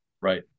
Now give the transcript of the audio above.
right